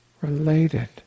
related